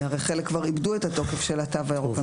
הרי חלק כבר איבדו את התוקף של התו הירוק.